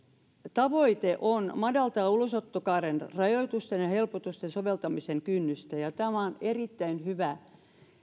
tavoite on madaltaa ulosottokaaren rajoitusten ja helpotusten soveltamisen kynnystä ja on erittäin hyvä